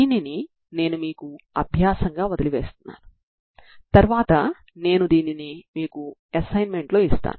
దీనిని మనం తర్వాత వీడియోలో చూపిస్తాము